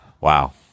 Wow